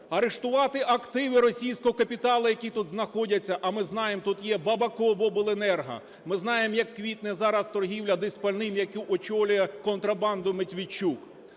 арештувати активи російського капіталу, які тут знаходяться. А ми знаємо, тут є Бабаков (обленерго), ми знаємо, як квітне зараз торгівля дизпальним, яку очолює, контрабанду Медведчук.